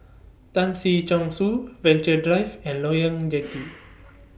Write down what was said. Tan Si Chong Su Venture Drive and Loyang Jetty